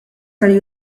tal